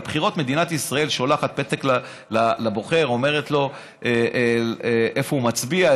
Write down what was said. לבחירות מדינת ישראל שולחת פתק לבוחר ואומרת לו איפה הוא מצביע,